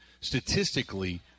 statistically